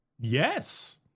Yes